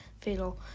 fatal